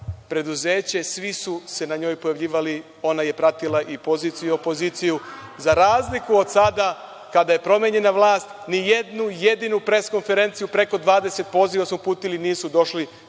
preduzeće, svi su se na njoj pojavljivali, ona je pratila i poziciju i opoziciju, za razliku od sada kada je promenjena vlast, nijednu jedinu pres konferenciju, preko 20 poziva smo uputili, nisu došli